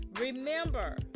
Remember